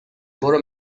برو